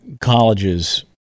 colleges